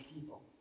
people